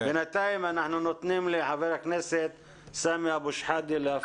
בינתיים אנחנו נותנים לחבר הכנסת סמי אבו- שחאדה להפנות אלייך שאלה.